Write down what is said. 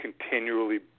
continually